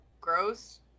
gross